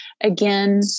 again